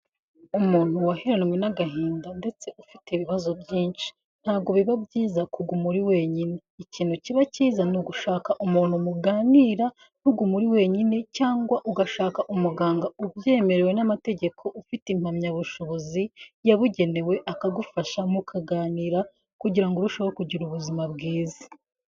Umuntu waheranwe n'agahinda ndetse ufite ibibazo byinshi. Ntabwo biba byiza kuguma uri wenyine. Ikintu kiba cyiza ni ugushaka umuntu muganira, ntugume uri wenyine cyangwa ugashaka umuganga ubyemerewe n'amategeko, ufite impamyabushobozi yabugenewe akagufasha mukaganira, kugira urusheho kugira ubuzima bwiza.